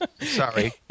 Sorry